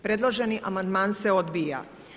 Predloženi amandman se odbija.